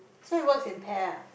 so it works in pair